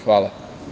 Hvala.